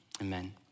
amen